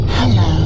Hello